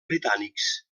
britànics